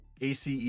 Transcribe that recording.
ace